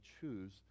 choose